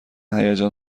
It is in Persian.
هیجان